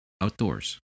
outdoors